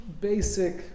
basic